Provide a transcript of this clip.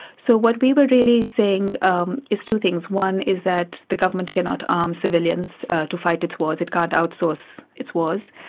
so what we were really saying um is two things one is that the government cannot arm civilians to fight its wars, it can't outsource its wars,